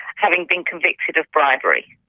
having been convicted of bribery.